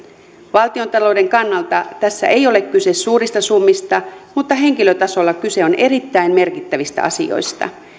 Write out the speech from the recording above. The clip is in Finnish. valtiontalouden kannalta tässä ei ole kyse suurista summista mutta henkilötasolla kyse on erittäin merkittävistä asioista